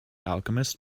alchemist